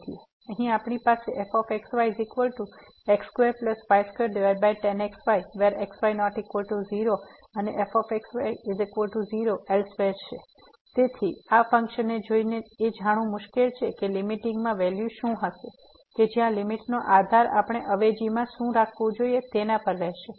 અહીં આપણી પાસે fxyx2y2tan xy xy≠0 0elsewhere તેથી આ ફંક્શનને જોઈને એ જાણવું મુશ્કેલ છે કે લીમીટીંગ વેલ્યુ શું હશે કે જ્યાં લીમીટનો આધાર આપણે અવેજીમાં શું રાખવું જોઈએ તેના પર રહેશે